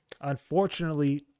Unfortunately